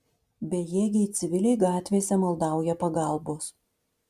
bejėgiai civiliai gatvėse maldauja pagalbos